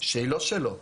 שהיא לא שלו,